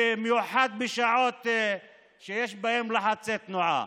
במיוחד בשעות שיש בהן לחצי תנועה.